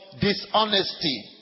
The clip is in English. dishonesty